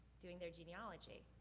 doing their genealogy.